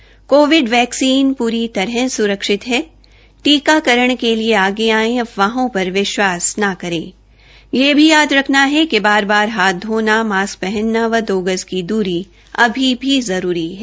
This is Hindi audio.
कोविड वैक्सीन पूरी तरह स्रक्षित है शीकाकरण के लिए आगे आएं अफवाहों पर विश्वास न करे यह भी याद रखना है कि बार बार हाथ धोना मास्क पहनना व दो गज की दूरी अभी भी जरूरी है